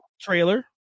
trailer